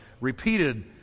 repeated